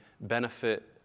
benefit